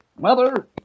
Mother